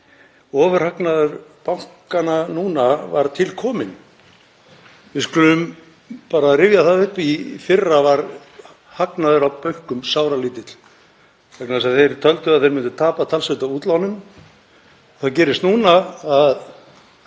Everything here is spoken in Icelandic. ofurhagnaður bankana núna var til kominn. Við skulum bara rifja það upp. Í fyrra var hagnaður af bönkum sáralítill vegna þess að þeir töldu að þeir myndu tapa talsvert af útlánum. Það gerist núna að